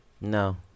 No